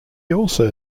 also